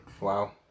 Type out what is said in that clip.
Wow